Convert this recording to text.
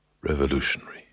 Revolutionary